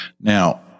Now